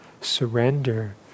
surrender